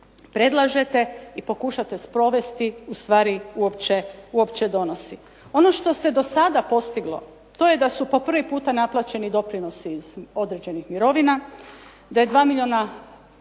predlažete i pokušate sprovesti ustvari uopće donosi. Ono što se do sada postiglo to je da su po prvi puta naplaćeni doprinosi iz određenih mirovina, da je dva milijuna,